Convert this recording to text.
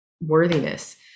worthiness